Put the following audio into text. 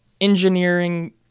engineering